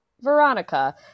Veronica